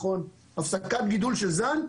הפסקת גידול של זן.